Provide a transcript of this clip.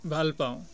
ভাল পাওঁ